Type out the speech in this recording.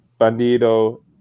bandido